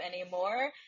anymore